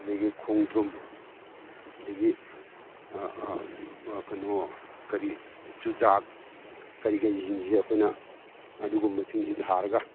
ꯑꯗꯒꯤ ꯈꯣꯡꯗ꯭ꯔꯨꯝ ꯑꯗꯒꯤ ꯀꯩꯅꯣ ꯀꯔꯤ ꯆꯨꯖꯥꯛ ꯀꯔꯤ ꯀꯔꯤꯁꯤꯡꯁꯤ ꯑꯩꯈꯣꯏꯅ ꯑꯗꯨꯒꯨꯝꯕꯁꯤꯡꯁꯤ ꯊꯥꯔꯒ